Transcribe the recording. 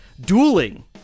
dueling